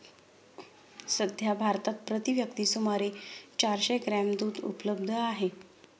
सध्या भारतात प्रति व्यक्ती सुमारे चारशे ग्रॅम दूध उपलब्ध आहे